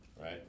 right